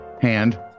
hand